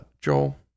joel